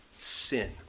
sin